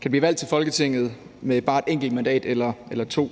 kan blive valgt til Folketinget med bare et enkelt mandat eller to,